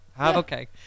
Okay